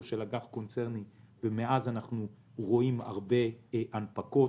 של אג"ח קונצרני ומאז אנחנו רואים הרבה הנפקות